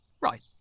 Right